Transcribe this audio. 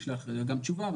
נשלחת גם תשובה,